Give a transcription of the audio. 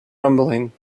rumbling